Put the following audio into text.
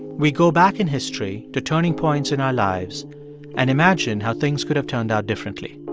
we go back in history to turning points in our lives and imagine how things could have turned out differently.